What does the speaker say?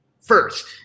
first